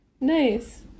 Nice